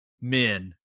men